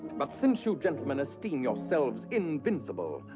but since you gentlemen esteem yourselves invincible,